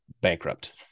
bankrupt